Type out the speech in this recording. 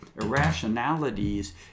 irrationalities